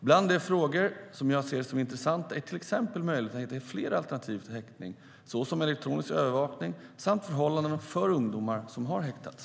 Bland de frågor som jag ser som intressanta är till exempel möjligheten att hitta fler alternativ till häktning, såsom elektronisk övervakning, samt förhållandena för ungdomar som har häktas.